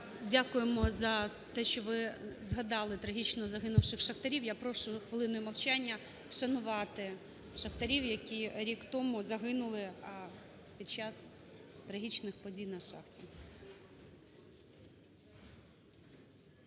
Дякуємо за те, що ви згадали трагічно загинувших шахтарів. Я прошу хвилиною мовчання вшанувати шахтарів, які рік тому загинули під час трагічних подій на шахті.